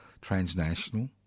transnational